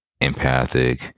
empathic